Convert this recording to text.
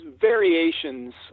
variations